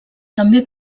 també